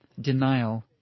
denial